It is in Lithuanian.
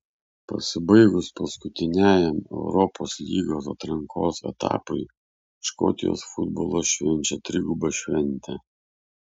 pasibaigus paskutiniajam europos lygos atrankos etapui škotijos futbolas švenčia trigubą šventę